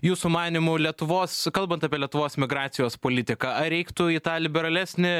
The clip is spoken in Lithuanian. jūsų manymu lietuvos kalbant apie lietuvos migracijos politiką ar reiktų į tą liberalesnį